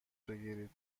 بگیرید